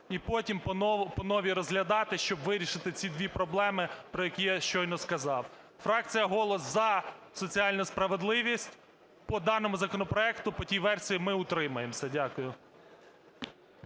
і потім по-новому розглядати, щоб вирішити ці дві проблеми, про які я щойно сказав. Фракція "Голос" за соціальну справедливість. По даному законопроекту по тій версії ми утримаємося. Дякую.